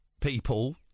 people